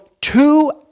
two